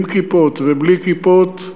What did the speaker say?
עם כיפות ובלי כיפות,